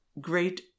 great